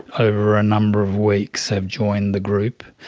over a number of weeks have joined the group,